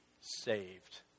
saved